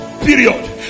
period